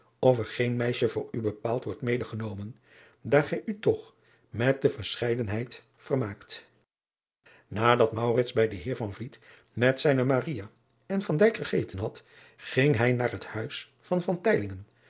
of er geen meisje voor u bepaald wordt medegenomen daar gij u toch met de verscheidenheid vermaakt adat bij den eer met zijne en gegeten had ging hij naar het huis van